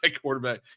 quarterback